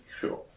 Sure